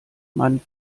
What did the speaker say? man